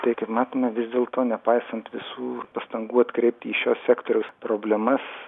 tai kaip matome vis dėlto nepaisant visų pastangų atkreipti į šio sektoriaus problemas